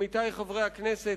עמיתי חברי הכנסת,